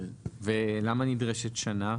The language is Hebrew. ולמה נדרשת שנה?